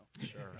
Sure